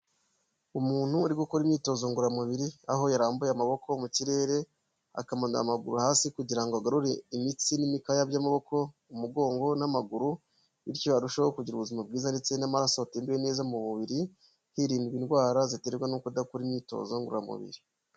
Umuntu uri gukora imyitozo ngoramubiri, aho yarambuye amaboko mu kirere, akamanura amaguru hasi kugira ngo agarure imitsi n'imikaya by'amaboko, umugongo n'amaguru, bityo arusheho kugira ubuzima bwiza ndetse n'amaraso atembere neza mu mubiri, hirindwa indwara ziterwa no kudakora imyitozo ngororamubiri.